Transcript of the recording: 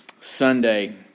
Sunday